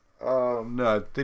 No